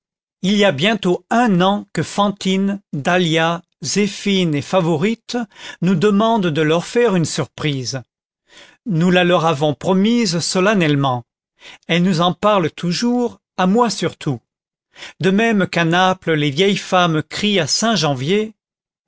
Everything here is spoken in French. il y a bientôt un an que fantine dahlia zéphine et favourite nous demandent de leur faire une surprise nous la leur avons promise solennellement elles nous en parlent toujours à moi surtout de même qu'à naples les vieilles femmes crient à